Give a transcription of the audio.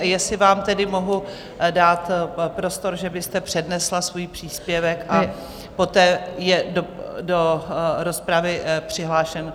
Jestli vám tedy mohu dát prostor, že byste přednesla svůj příspěvek, a poté je do rozpravy přihlášen...